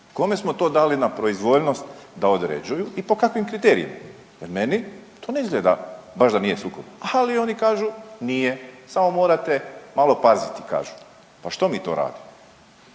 Kome smo to dali na proizvoljnost da određuju i po kakvim kriterijima? Jer meni to baš ne izgleda da nije sukob, ali oni kažu nije, samo morate malo paziti kažu. Pa što mi to radimo?